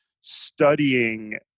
studying